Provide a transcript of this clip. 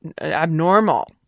abnormal